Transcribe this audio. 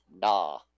nah